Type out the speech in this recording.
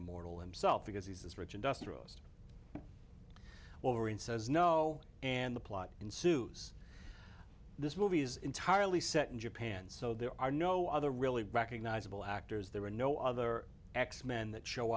immortal himself because he's rich industrialist over in says no and the plot ensues this movie is entirely set in japan so there are no other really recognizable actors there are no other x men that show